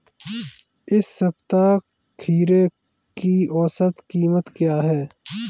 इस सप्ताह खीरे की औसत कीमत क्या है?